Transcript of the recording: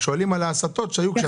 רק שואלים על ההסטות שהיו.